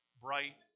bright